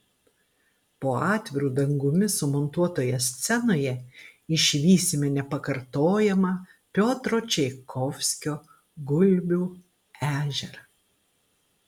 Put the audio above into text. po atviru dangumi sumontuotoje scenoje išvysime nepakartojamą piotro čaikovskio gulbių ežerą